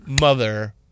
mother